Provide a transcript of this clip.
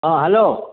ହଁ ହ୍ୟାଲୋ